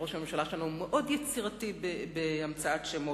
ראש הממשלה שלנו מאוד יצירתי בהמצאת שמות.